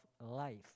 life